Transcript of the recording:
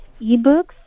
ebooks